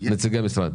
נציגי המשרד.